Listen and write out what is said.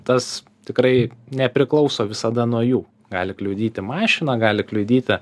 tas tikrai nepriklauso visada nuo jų gali kliudyti mašina gali kliudyti